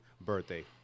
birthday